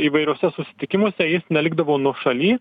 įvairiuose susitikimuose jis nelikdavo nuošaly